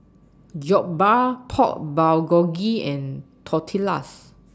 Jokbal Pork Bulgogi and Tortillas